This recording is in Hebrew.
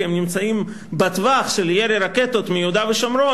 כי הם נמצאים בטווח של ירי רקטות מיהודה ושומרון,